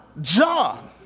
John